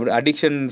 Addiction